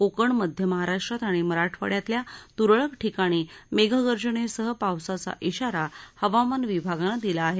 कोकण मध्य महाराष्ट्रात आणि मराठवाइयातल्या तुरळक ठिकाणी मेघगर्जनेसह पावसाचा इशारा हवामान विभागानं दिला आहे